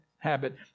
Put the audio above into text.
Habit